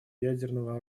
ядерного